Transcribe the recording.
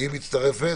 מי מצטרפת?